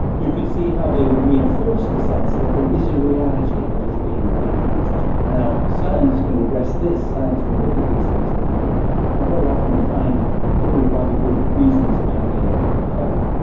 you could see how they would reinforce the sense that there is a reality that is being encountered. now science can address this, science can look at these sorts of phenomena and very often find really rather good reasons why they occur.